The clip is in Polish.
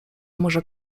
może